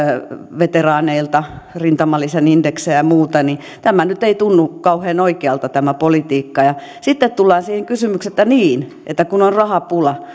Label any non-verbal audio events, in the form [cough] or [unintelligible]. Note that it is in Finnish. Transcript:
veteraaneilta rintamalisän indeksejä ja muuta tämä nyt ei tunnu kauhean oikealta tämä politiikka ja sitten tullaan siihen kysymykseen että niin on rahapula [unintelligible]